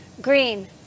Green